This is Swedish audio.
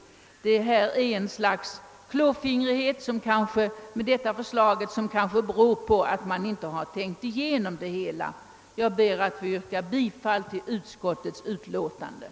Förslaget tyder på ett slags klåfingrighet som kanske beror på att man inte tänkt igenom det hela. Jag ber att få yrka bifall till utskottets hemställan.